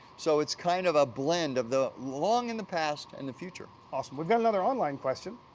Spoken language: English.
so, it's kind of a blend of the long in the past and the future. awesome, we've got another online question.